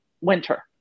winter